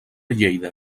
lleida